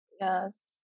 Yes